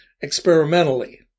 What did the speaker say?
experimentally